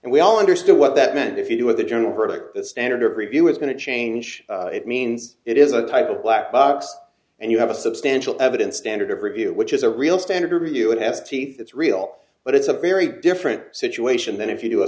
and we all understood what that meant if you were the general verdict the standard of review is going to change it means it is a type of black box and you have a substantial evidence standard of review which is a real standard or you would have teeth that's real but it's a very different situation than if you do a